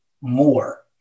more